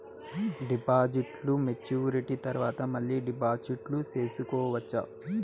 డిపాజిట్లు మెచ్యూరిటీ తర్వాత మళ్ళీ డిపాజిట్లు సేసుకోవచ్చా?